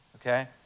okay